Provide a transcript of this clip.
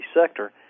sector